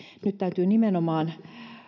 nyt täytyy nimenomaan